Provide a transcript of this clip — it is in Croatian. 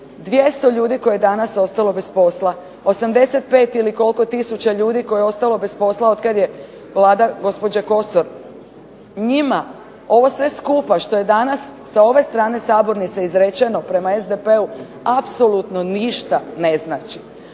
200 ljudi koje je danas ostalo bez posla, 85 ili koliko tisuća ljudi koje je ostalo bez posla otkad je Vlada gospođe Kosor, njima ovo sve skupa što je danas sa ove strane sabornice izrečeno prema SDP-u apsolutno ništa ne znači.